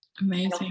Amazing